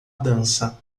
dança